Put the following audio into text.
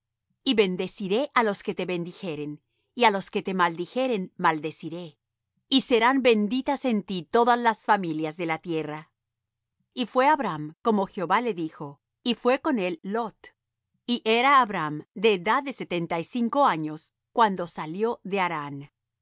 y bendeciré á los que te bendijeren y á los que te maldijeren maldeciré y serán benditas en ti todas las familias de la tierra y fuése abram como jehová le dijo y fué con él lot y era abram de edad de setenta y cinco años cuando salió de harán